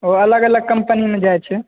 ओ अलग अलग कम्पनीमे जाइ छै